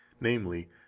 namely